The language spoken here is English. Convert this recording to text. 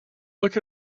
look